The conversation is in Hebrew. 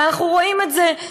ואנחנו רואים את זה.